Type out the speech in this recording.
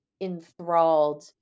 enthralled